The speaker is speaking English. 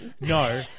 No